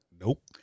Nope